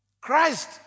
Christ